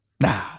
nah